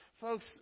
Folks